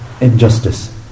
injustice